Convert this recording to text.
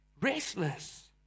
restless